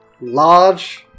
large